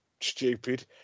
stupid